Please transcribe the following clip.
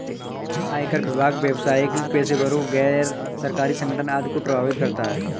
आयकर विभाग व्यावसायिक पेशेवरों, गैर सरकारी संगठन आदि को प्रभावित करता है